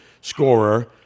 scorer